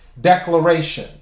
Declaration